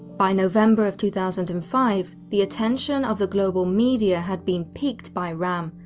by november of two thousand and five, the attention of the global media had been piqued by ram,